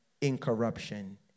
incorruption